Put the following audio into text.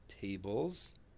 tables